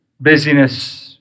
busyness